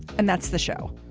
and that's the show.